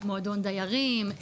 מועדון דיירים,